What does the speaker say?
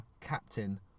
captain